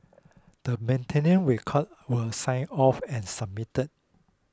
the maintenance records were signed off and submitted